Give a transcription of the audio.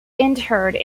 interred